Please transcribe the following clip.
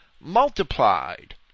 multiplied